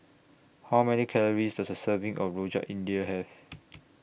How Many Calories Does A Serving of Rojak India Have